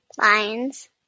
Lions